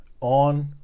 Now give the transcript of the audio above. on